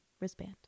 wristband